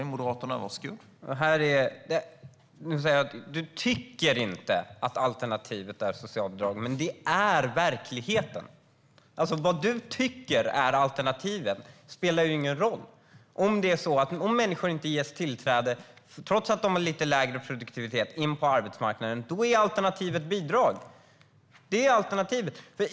Herr talman! Du säger att du inte tycker att alternativet är socialbidrag, Annelie Karlsson, men det är verkligheten. Vad du tycker är alternativet spelar ju ingen roll. Om människor med lite lägre produktivitet inte ges tillträde till arbetsmarknaden är ju alternativet bidrag. Det är alternativet.